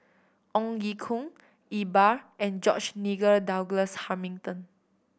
Ong Ye Kung Iqbal and George Nigel Douglas Hamilton